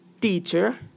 teacher